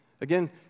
Again